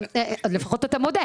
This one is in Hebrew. לפחות אתה מודה.